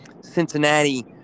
Cincinnati